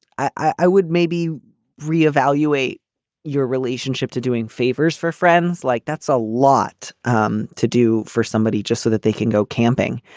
i would maybe re-evaluate your relationship to doing favors for friends like that's a lot um to do for somebody just so that they can go camping.